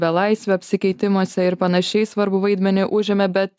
belaisvių apsikeitimuose ir panašiai svarbų vaidmenį užėmė bet